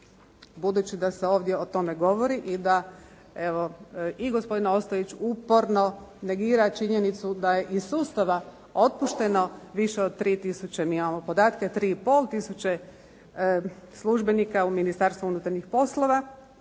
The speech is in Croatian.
budući da se ovdje o tome govori i da evo i gospodin Ostojić uporno negira činjenicu da je iz sustava otpušteno više od 3000, mi imamo podatke 3 i pol tisuće službenika u Ministarstvu unutarnjih poslova,